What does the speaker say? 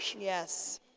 Yes